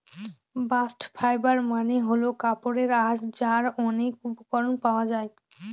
bast fibre মানে হল কাপড়ের আঁশ যার অনেক উপকরণ পাওয়া যায়